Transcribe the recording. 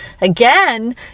again